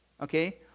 okay